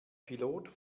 pilot